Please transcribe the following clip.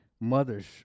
mothers